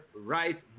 right